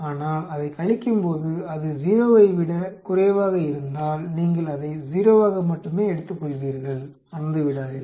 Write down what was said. ஆனால் அதைக் கழிக்கும்போது அது 0 ஐ விடக் குறைவாக இருந்தால் நீங்கள் அதை 0 ஆக மட்டுமே எடுத்துக்கொள்வீர்கள் மறந்துவிடாதீர்கள்